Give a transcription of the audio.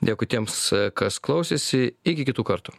dėkui tiems kas klausėsi iki kitų kartų